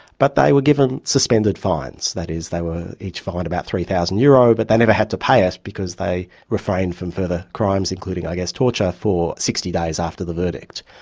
but they were given suspended fines, that is, they were each fined about three thousand euro, but they never had to pay it ah because they refrained from further crimes including i guess torture, for sixty days after the verdict.